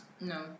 No